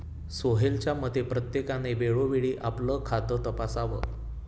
सोहेलच्या मते, प्रत्येकाने वेळोवेळी आपलं खातं तपासावं